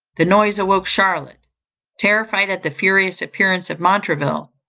the noise awoke charlotte terrified at the furious appearance of montraville,